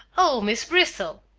oh! miss bristol!